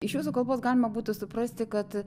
iš jūsų kalbos galima būtų suprasti kad